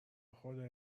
خدای